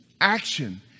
action